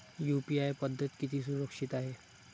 UPI पद्धत किती सुरक्षित आहे?